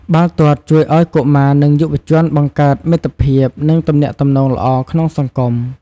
បាល់ទាត់ជួយឲ្យកុមារ និងយុវជនបង្កើតមិត្តភាព និងទំនាក់ទំនងល្អក្នុងសង្គម។